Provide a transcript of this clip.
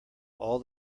all